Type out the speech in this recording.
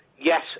Yes